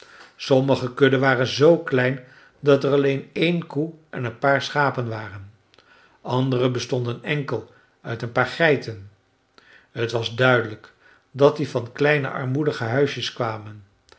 sommige kudden waren z klein dat er alleen één koe en een paar schapen waren andere bestonden enkel uit een paar geiten t was duidelijk dat die van kleine armoedige huisjes kwamen